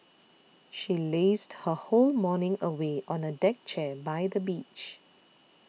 she lazed her whole morning away on a deck chair by the beach